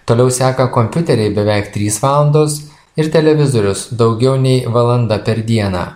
toliau seka kompiuteriai beveik trys valandos ir televizorius daugiau nei valanda per dieną